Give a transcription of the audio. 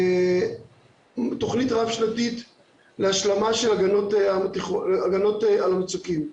תוכנית רב-שנתית להשלמה של הגנות על המצוקים.